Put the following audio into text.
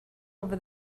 over